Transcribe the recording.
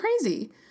crazy